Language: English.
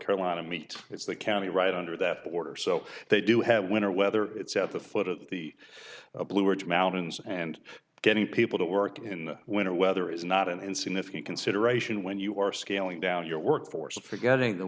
carolina meet is that county right under that border so they do have winter weather it's at the foot of the blue ridge mountains and getting people to work in winter weather is not an insignificant consideration when you are scaling down your work force and forgetting the